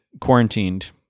quarantined